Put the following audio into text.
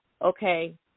okay